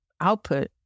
output